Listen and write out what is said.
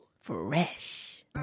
fresh